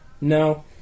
No